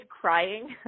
crying